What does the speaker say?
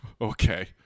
Okay